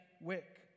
wick